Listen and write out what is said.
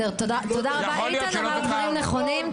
איתן אמר דברים נכונים.